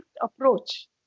approach